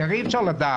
כי הרי אי אפשר לדעת.